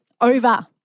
Over